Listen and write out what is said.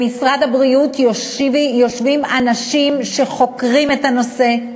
במשרד הבריאות יושבים אנשים שחוקרים את הנושא,